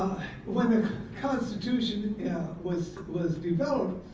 when the constitution was was developed,